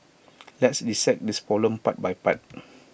let's dissect this problem part by part